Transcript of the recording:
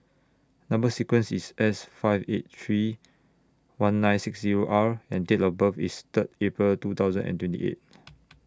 Number sequence IS S five eight three one nine six Zero R and Date of birth IS Third April two thousand and twenty eight